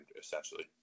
essentially